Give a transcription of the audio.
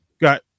Got